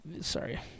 sorry